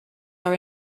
are